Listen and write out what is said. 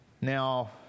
Now